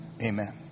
Amen